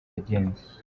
yagenze